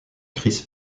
chris